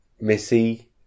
Missy